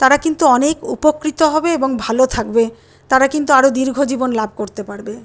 তারা কিন্তু অনেক উপকৃত হবে এবং ভালো থাকবে তারা কিন্তু আরও দীর্ঘ জীবন লাভ করতে পারবে